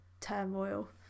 turmoil